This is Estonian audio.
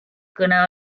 kõne